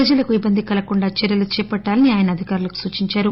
ప్రజలకు ఇబ్బంది కలగకుండా చర్యలు చేపట్టాలని ఆయన అధికారులను సూచిందారు